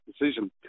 decision